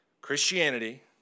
Christianity